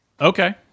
Okay